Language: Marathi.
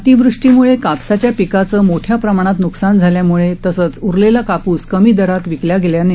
अतिवृष्टीमुळे कापसाच्या पिकाचं मोठ्या प्रमाणात न्कसान झाल्यामुळे तसंच उरलेला काप्स कमी दरात विकल्या गेल्यान